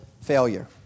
failure